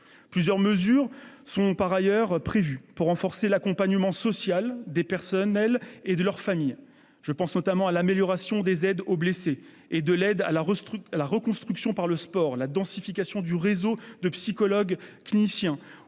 Plusieurs mesures sont par ailleurs prévues pour renforcer l'accompagnement social des personnels et de leurs familles : amélioration des aides aux blessés et de l'aide à la reconstruction par le sport, densification du réseau de psychologues cliniciens